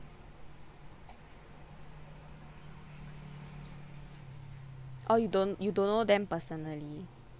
oh you don't you don't know them personally